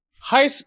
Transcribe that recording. high